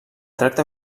tracte